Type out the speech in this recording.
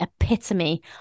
epitome